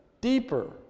deeper